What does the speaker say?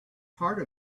part